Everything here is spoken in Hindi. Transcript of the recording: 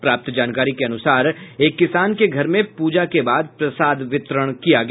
प्राप्त जानकारी के अनुसार एक किसान के घर में पूजा के बाद प्रसाद वितरण किया गया